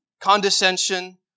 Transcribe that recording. condescension